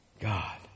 God